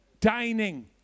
dining